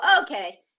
okay